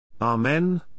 Amen